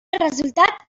resultat